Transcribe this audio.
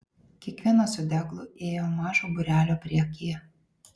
kiekvienas su deglu ėjo mažo būrelio priekyje